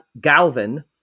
Galvin